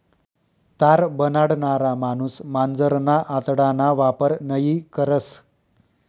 तार बनाडणारा माणूस मांजरना आतडाना वापर नयी करस